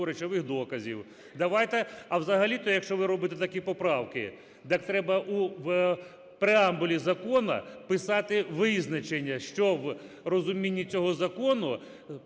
речових доказів. Давайте… А взагалі-то, якщо ви робите такі поправки, так треба у преамбулі закону писати визначення, що в розумінні цього закону